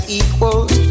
equals